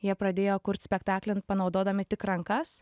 jie pradėjo kurt spektaklį panaudodami tik rankas